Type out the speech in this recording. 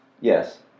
Yes